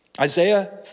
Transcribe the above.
Isaiah